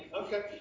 Okay